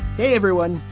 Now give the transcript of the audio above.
hey, everyone,